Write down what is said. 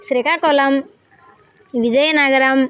Srikakulam Vizianagaram